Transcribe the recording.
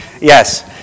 Yes